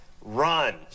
Run